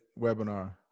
webinar